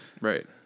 Right